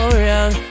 wrong